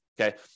Okay